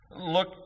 Look